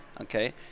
okay